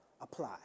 apply